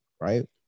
right